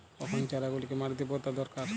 কখন চারা গুলিকে মাটিতে পোঁতা দরকার?